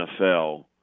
NFL